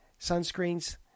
sunscreens